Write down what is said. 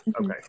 okay